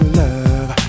love